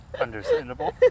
understandable